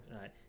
right